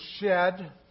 shed